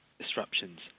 disruptions